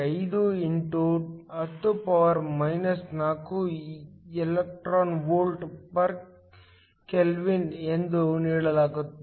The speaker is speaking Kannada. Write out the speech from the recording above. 5 x 10 4 ev K 1 ಎಂದು ನೀಡಲಾಗುತ್ತದೆ